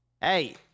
Hey